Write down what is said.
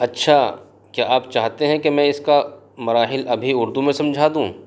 اچھا کیا آپ چاہتے ہیں کہ میں اس کا مراحل ابھی اردو میں سمجھا دوں